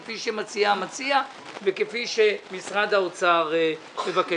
כפי שמציע המציע וכפי שמשרד האוצר מבקש.